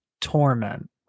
torment